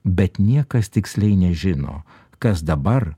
bet niekas tiksliai nežino kas dabar